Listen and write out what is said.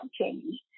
change